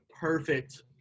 perfect